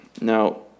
Now